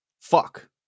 Fuck